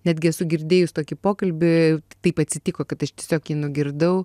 netgi esu girdėjus tokį pokalbį taip atsitiko kad aš tiesiog jį nugirdau